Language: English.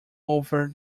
over